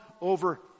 over